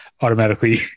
automatically